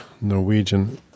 Norwegian